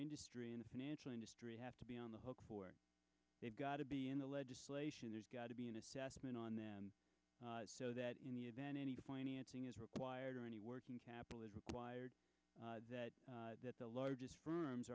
industry in the financial industry have to be on the hook for they've got to be in the legislation there's got to be an assessment on them so that in the event any financing is required or any working capital wired that the largest firms